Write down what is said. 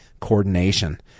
coordination